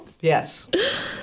Yes